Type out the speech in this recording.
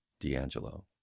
D'Angelo